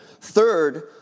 Third